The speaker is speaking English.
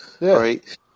Right